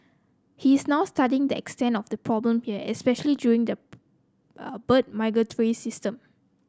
he is now studying the extent of the problem here especially during the bird migratory season